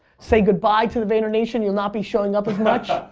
say goodbye to the vayner nation you'll not be showing up as much.